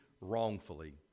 wrongfully